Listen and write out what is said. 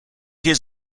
his